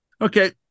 Okay